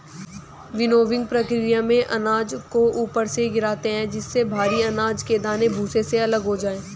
विनोविंगकी प्रकिया में अनाज को ऊपर से गिराते है जिससे भरी अनाज के दाने भूसे से अलग हो जाए